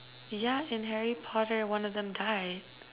ya in Harry Potter one of them died